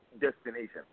destination